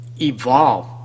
evolve